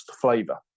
flavor